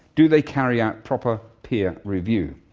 do they carry out proper peer review?